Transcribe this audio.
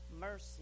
mercy